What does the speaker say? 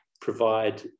provide